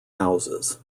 houses